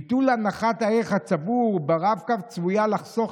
ביטול הנחת הערך הצבור ברב-קו צפויה לחסוך